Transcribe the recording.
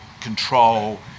control